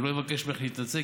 אני לא אבקש ממך להתנצל,